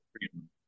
freedom